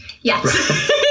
Yes